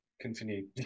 continue